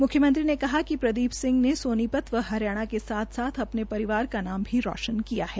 मुख्यमंत्री ने कहा कि प्रदीप सिंह ने सोनीपत व हरियाणा के साथ साथ अपने परिवार का नाम रोशन किया है